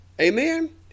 Amen